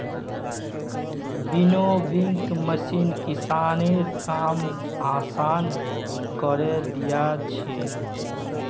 winnowing machine किसानेर काम आसान करे दिया छे